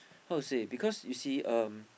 how to say because you see um